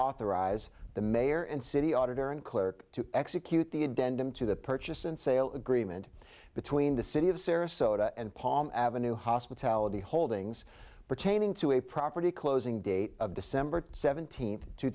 authorize the mayor and city auditor and clerk to execute the a dent into the purchase and sale agreement between the city of sarasota and palm ave hospitality holdings pertaining to a property closing date of december seventeenth two